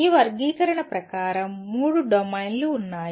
ఈ వర్గీకరణ ప్రకారం మూడు డొమైన్లు ఉన్నాయి